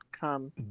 come